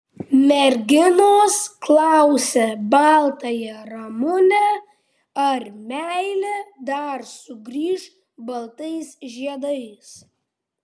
merginos klausė baltąją ramunę ar meilė dar sugrįš baltais žiedais